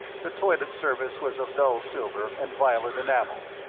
the toilet service was of dull silver and violet enamel.